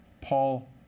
Paul